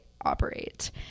operate